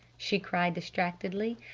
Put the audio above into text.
she cried distractedly.